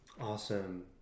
Awesome